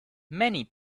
many